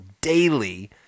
daily